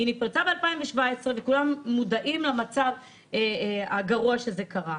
היא נפרצה ב-2017 וכולם מודעים למצב הגרוע שקרה.